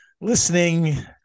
listening